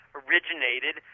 originated